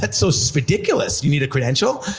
but so so ridiculous! you need a credential?